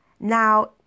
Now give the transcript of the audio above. Now